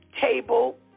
table